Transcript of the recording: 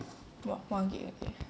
!wah! one gig a day